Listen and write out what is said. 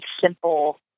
simple